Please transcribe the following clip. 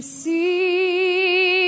see